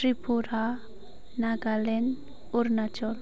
Tripura Nagaland Arunachal